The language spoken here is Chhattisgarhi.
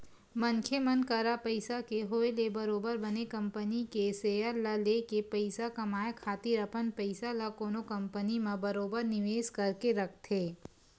मनखे मन करा पइसा के होय ले बरोबर बने कंपनी के सेयर ल लेके पइसा कमाए खातिर अपन पइसा ल कोनो कंपनी म बरोबर निवेस करके रखथे